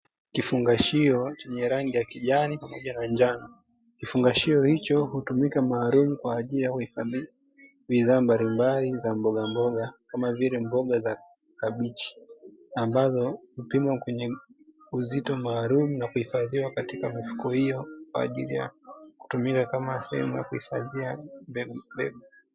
Kifungashio chenye rangi ya kijani pamoja na njano, kifungashio hicho hutumika maalumu kwa ajili ya kuhifadhi bidhaa mbalimbali za mbogamboga, kama vile mboga za kabichi; ambazo hupimwa kwenye uzito maalumu na kuhifadhiwa katika mifuko hiyo, kwa ajili ya kutumika kama sehemu ya kuhifadhia mbegu.